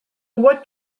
what